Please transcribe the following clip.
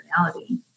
reality